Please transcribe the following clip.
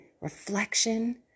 reflection